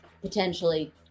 potentially